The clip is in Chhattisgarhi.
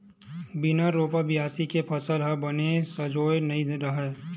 बिन रोपा, बियासी के फसल ह बने सजोवय नइ रहय